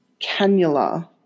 cannula